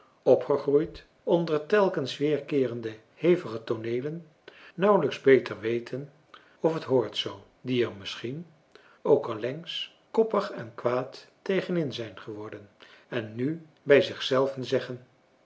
opgegroeid onder telkens weerkeerende hevige tooneelen nauwelijks beter weten of het hoort zoo die er misschien ook allengs koppig en kwaad tegen in zijn geworden en nu bij zich zelven zeggen